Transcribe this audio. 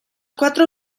cuatro